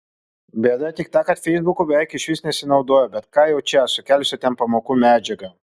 bėda tik ta kad feisbuku beveik išvis nesinaudoju bet ką jau čia sukelsiu ten pamokų medžiagą